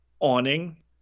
awning